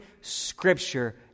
scripture